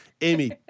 amy